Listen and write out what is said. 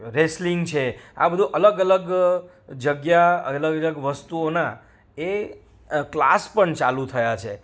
wrestling છે આ બધું અલગ અલગ જગ્યા અલગ અલગ વસ્તુઓના એ ક્લાસ પણ ચાલુ થયા છે